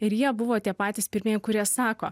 ir jie buvo tie patys pirmieji kurie sako